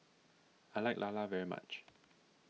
I like Lala very much